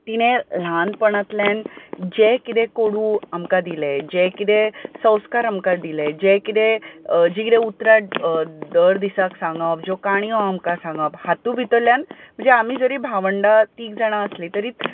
तिणें ल्हानपणांतल्यान जें कितें कोडू आमकां दिलें जें कितें संवस्कार आमकां दिले जें कितें जें कितें उतरां दर दिसाक सांगप ज्यो काणयो आमकां सांगप हातूं भितरल्यान म्हणजे आमी जरी भावंडां तीग जाणां आसलीं तरी